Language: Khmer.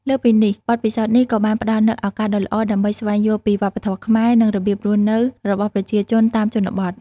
លើសពីនេះ បទពិសោធន៍នេះក៏បានផ្តល់នូវឱកាសដ៏ល្អដើម្បី ស្វែងយល់ពីវប្បធម៌ខ្មែរ និងរបៀបរស់នៅរបស់ប្រជាជនតាមជនបទ។